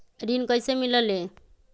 ऋण कईसे मिलल ले?